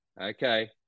Okay